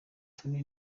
tino